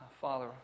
Father